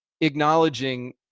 acknowledging